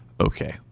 okay